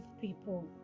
people